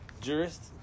jurist